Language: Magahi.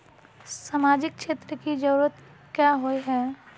सामाजिक क्षेत्र की जरूरत क्याँ होय है?